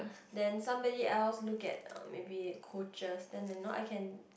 then somebody else look at uh maybe coaches then you know I can